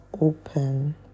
open